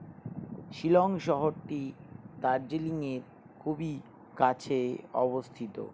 শিলং শহরটি দার্জিলিংয়ের খুবই কাছে অবস্থিত